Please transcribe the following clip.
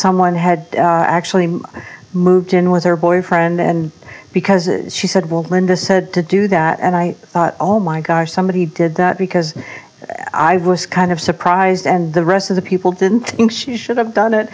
someone had actually moved in with her boyfriend and because she said well linda said to do that and i thought oh my gosh somebody did that because i was kind of surprised and the rest of the people didn't think she should have done it